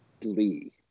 glee